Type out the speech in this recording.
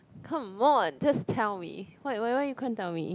come on just tell me why why why you can't tell me